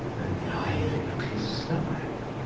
annihilate his style,